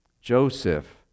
Joseph